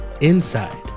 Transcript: Inside